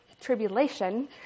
tribulation